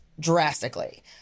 drastically